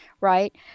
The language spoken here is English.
right